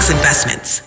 Investments